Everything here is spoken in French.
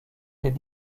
des